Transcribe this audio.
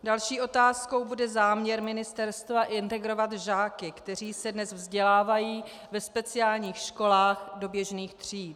Další otázkou bude záměr ministerstva integrovat žáky, kteří se dnes vzdělávají ve speciálních školách, do běžných tříd.